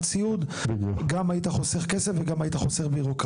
סיעוד; היית חוסך גם כסף וגם בירוקרטיה.